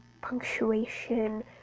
punctuation